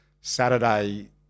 Saturday